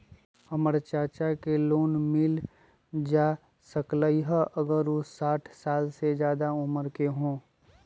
हमर चाचा के लोन मिल जा सकलई ह अगर उ साठ साल से जादे उमर के हों?